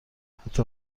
حتی